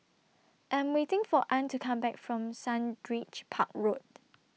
I'm waiting For Ann to Come Back from Sundridge Park Road